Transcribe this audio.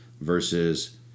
Versus